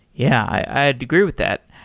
yeah, i'd agree with that.